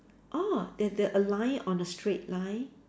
orh they they align on a straight line